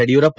Yediyurappa